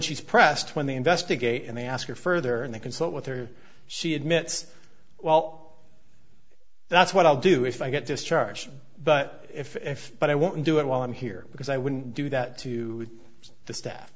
she's pressed when they investigate and they ask her further and they consult with her she admits well that's what i'll do if i get destruction but if if but i want to do it while i'm here because i wouldn't do that to the staff